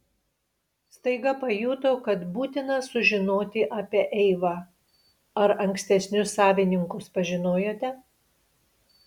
staiga pajuto kad būtina sužinoti apie eivą ar ankstesnius savininkus pažinojote